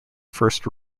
first